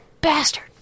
bastard